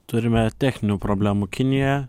turime techninių problemų kinijoje